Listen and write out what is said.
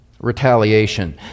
retaliation